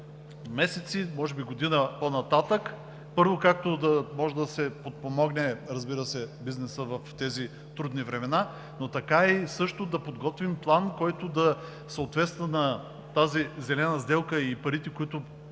може би година по-нататък. Първо да може да се подпомогне бизнесът в тези трудни времена, но така също да подготвим план, който да съответства на тази зелена сделка и парите, които